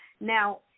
Now